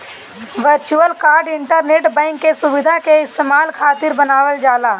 virtual card internet bank के सुविधा के इस्तेमाल खातिर बनावल जाला